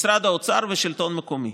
משרד האוצר והשלטון המקומי.